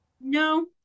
No